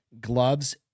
gloves